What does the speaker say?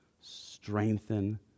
strengthen